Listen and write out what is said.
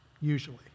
usually